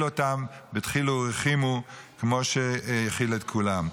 אותם בדחילו ורחימו כמו שהאכיל את כולם,